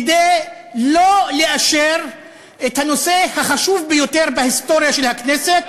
כדי לא לאשר את הנושא החשוב ביותר בהיסטוריה של הכנסת,